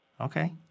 Okay